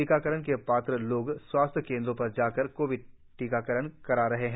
टीकाकरण के पात्र लोग स्वास्थ्य केंद्रों पर जाकर कोविड टीकाकरण करा रहें है